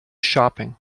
shopping